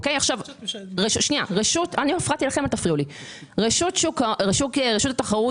37(4). צוהריים טובים.